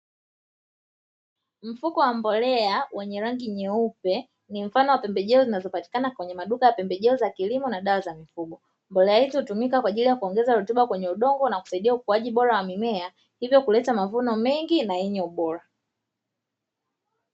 Mfuko wa mbolea wenye rangi nyeupe ni mfano wa pembejeo zinazopatikana kwenye maduka ya pembejeo za kilimo na dawa za mifugo, mbolea hizi hutumika kwa ajili ya kuongeza rutuba kwenye udongo na kusaidia ukuaji bora wa mimea hivyo kuleta mavuno mengi na yenye ubora.